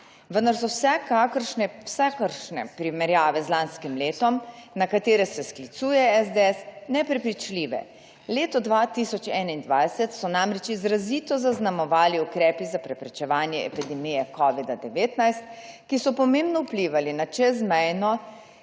vendar so vsakršne primerjave z lanskim letom, na katere se sklicuje SDS, neprepričljive. Leto 2021 so namreč izrazito zaznamovali ukrepi za preprečevanje epidemije covida-19, ki so pomembno vplivali na čezmejno